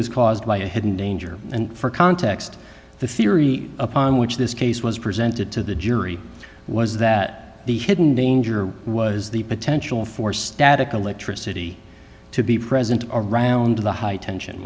was caused by a hidden danger and for context the theory upon which this case was presented to the jury was that the hidden danger was the potential for static electricity to be present around the high tension